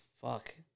fuck